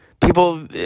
people